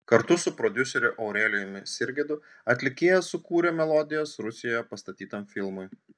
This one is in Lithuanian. kartu su prodiuseriu aurelijumi sirgedu atlikėja sukūrė melodijas rusijoje pastatytam filmui